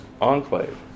enclave